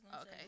Okay